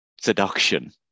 seduction